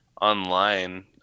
online